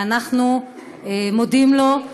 ואנחנו מודים לו.